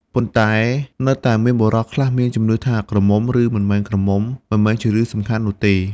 ប៉ុន្តែនៅតែមានបុរសខ្លះមានជំនឿថា ក្រមុំ ឬមិនមែនក្រមុំ មិនមែនជារឿងសំខាន់នោះទេ។